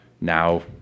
now